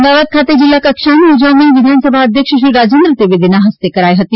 અમદાવાદ ખાતે જીલ્લા કક્ષાની ઉજવણી વિધાનસભા અધ્યક્ષ શ્રી રાજેન્દ્ર ત્રિવેદીના હસ્તે કરાઇ હતી